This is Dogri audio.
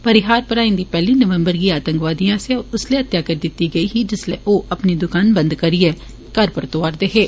परिहार भ्राएं दी पैहली नवंबर गी आतंकवादिएं आस्सेआ उसलै हत्या करी दित्ती गेई ही जिसलै ओह् अपनी दुकान बंद करियै घर परतोआ करदे हे